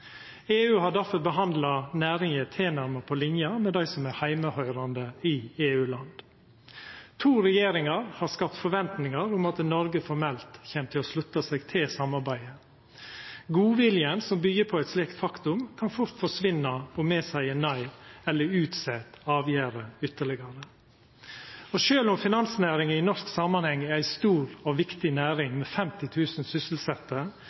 EU har difor behandla næringa tilnærma på linje med dei som er heimehøyrande i EU-land. To regjeringar har skapt forventningar om at Noreg formelt kjem til å slutta seg til samarbeidet. Godviljen som byggjer på eit slikt faktum, kan fort forsvinna om me seier nei eller utset avgjerda ytterlegare. Sjølv om finansnæringa i norsk samanheng er ei stor og viktig næring med 50 000 sysselsette,